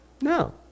No